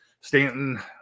Stanton